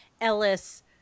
Ellis